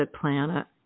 planet